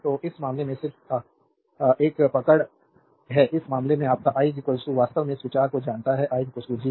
तो इस मामले में सिर्फ आह पर पकड़ है इस मामले में आपका i वास्तव में इस विचार को जानता है i Gv right i G v